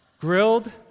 grilled